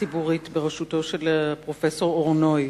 ציבורית בראשותו של פרופסור אור-נוי,